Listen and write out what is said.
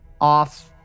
off